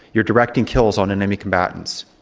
you're directing kills on enemy combatants.